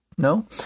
No